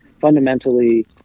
fundamentally